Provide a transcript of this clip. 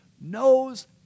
knows